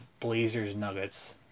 Blazers-Nuggets